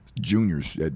juniors